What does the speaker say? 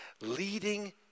leading